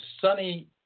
sunny